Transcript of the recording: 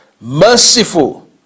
Merciful